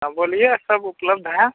हाँ बोलिए सब उपलब्ध है